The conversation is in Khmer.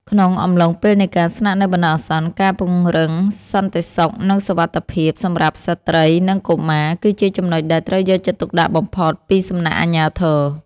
ក្នុងអំឡុងពេលនៃការស្នាក់នៅបណ្តោះអាសន្ន ការពង្រឹងសន្តិសុខនិងសុវត្ថិភាពសម្រាប់ស្ត្រីនិងកុមារ គឺជាចំណុចដែលត្រូវយកចិត្តទុកដាក់បំផុតពីសំណាក់អាជ្ញាធរ។